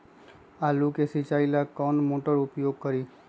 आलू के सिंचाई ला कौन मोटर उपयोग करी?